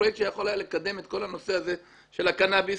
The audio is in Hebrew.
הקנביס והקנביס